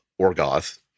Orgoth